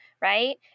Right